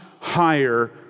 higher